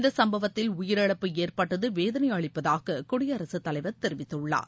இந்த சம்பவத்தில் உயிரிழப்பு ஏற்பட்டது வேதனை அளிப்பதாக குடியரசு தலைவர் தெரிவித்துள்ளார்